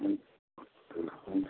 हुन्छ ल हुन्छ